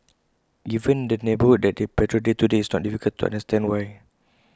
given the neighbourhood that they patrol day to day it's not difficult to understand why